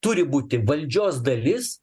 turi būti valdžios dalis